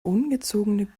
ungezogene